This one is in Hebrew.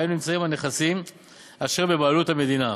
שבהן נמצאים הנכסים אשר בבעלות המדינה.